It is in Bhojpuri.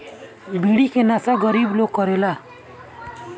बीड़ी के नशा गरीब लोग करेला